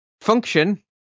function